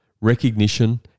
recognition